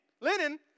linen